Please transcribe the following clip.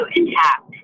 intact